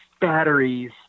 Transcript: batteries